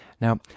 Now